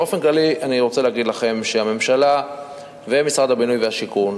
באופן כללי אני רוצה להגיד לכם שהממשלה ומשרד הבינוי והשיכון,